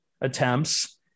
attempts